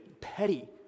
petty